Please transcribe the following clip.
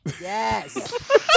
Yes